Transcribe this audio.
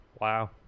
Wow